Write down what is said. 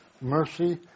mercy